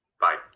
Bye